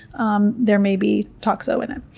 um there may be toxo in it.